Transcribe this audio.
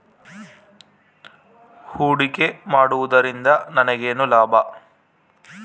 ಹೂಡಿಕೆ ಮಾಡುವುದರಿಂದ ನನಗೇನು ಲಾಭ?